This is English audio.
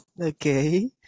Okay